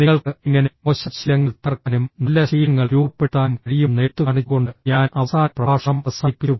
നിങ്ങൾക്ക് എങ്ങനെ മോശം ശീലങ്ങൾ തകർക്കാനും നല്ല ശീലങ്ങൾ രൂപപ്പെടുത്താനും കഴിയുമെന്ന് എടുത്തുകാണിച്ചുകൊണ്ട് ഞാൻ അവസാന പ്രഭാഷണം അവസാനിപ്പിച്ചു